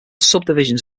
subdivisions